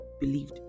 believed